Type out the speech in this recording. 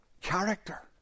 character